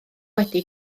wedi